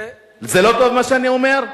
זה לא טוב מה שאני אומר?